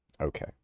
Okay